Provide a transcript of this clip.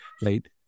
late